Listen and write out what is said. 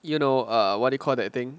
you know err what do you call that thing